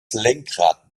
lenkrad